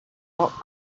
rock